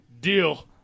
Deal